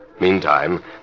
Meantime